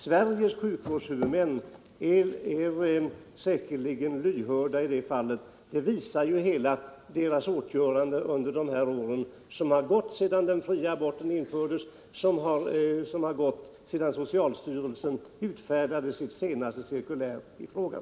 Sveriges sjukvårdshuvudmän är säkerligen lyhörda i det fallet — det visar ju deras åtgöranden under de år som har gått sedan den fria aborten infördes och sedan socialstyrelsen utfärdade sitt senaste cirkulär i frågan.